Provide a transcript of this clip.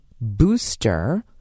booster